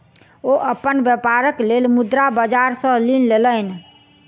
ओ अपन व्यापारक लेल मुद्रा बाजार सॅ ऋण लेलैन